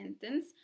sentence